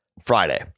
Friday